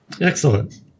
excellent